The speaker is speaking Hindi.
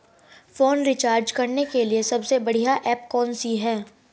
फोन रिचार्ज करने के लिए सबसे बढ़िया ऐप कौन सी है?